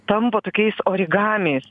tampa tokiais origamiais